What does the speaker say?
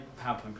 PowerPoint